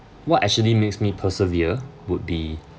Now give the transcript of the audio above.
what actually makes me persevere would be